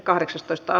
asia